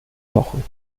wochen